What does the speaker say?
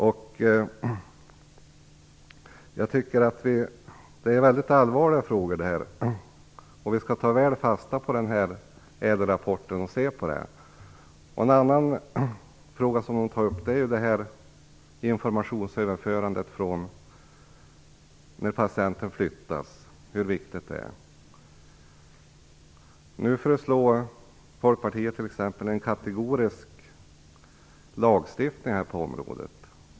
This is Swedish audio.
De här frågorna är väldigt allvarliga. Jag tycker att vi skall ta fasta på ÄDEL-rapporten och se över problemen. En annan fråga som Kerstin Heinemann tar upp är hur viktigt informationsöverförandet är när en patient flyttas. Nu föreslår Folkpartiet en kategorisk lagstiftning på området.